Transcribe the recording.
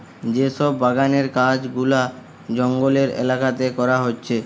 যে সব বাগানের কাজ গুলা জঙ্গলের এলাকাতে করা হচ্ছে